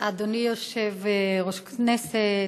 אדוני יושב-ראש הכנסת,